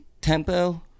tempo